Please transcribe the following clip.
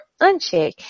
uncheck